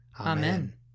Amen